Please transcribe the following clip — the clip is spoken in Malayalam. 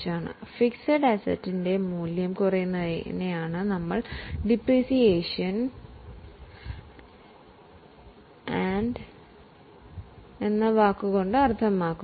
ഡിപ്രീസിയേഷൻ എന്നത് ഫിക്സഡ് അസറ്റിൻറെ മൂല്യത്തെ സൂചിപ്പിക്കുന്നുവെന്ന് ഇപ്പോൾ നിങ്ങളിൽ മിക്കവർക്കും അറിയാം